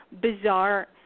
bizarre